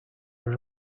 are